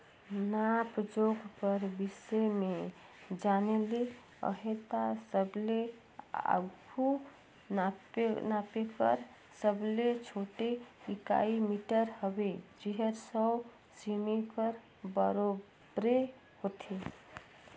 नाप जोख कर बिसे में जाने ले अहे ता सबले आघु नापे कर सबले छोटे इकाई मीटर हवे जेहर सौ सेमी कर बराबेर होथे